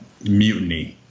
mutiny